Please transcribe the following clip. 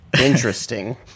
Interesting